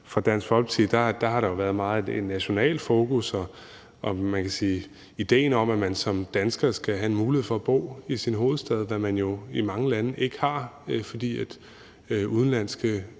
fra Dansk Folkepartis side har der været et meget nationalt fokus, og idéen om, at man som dansker skal have mulighed for at bo i sin hovedstad, hvad man jo i mange lande ikke har, fordi udenlandske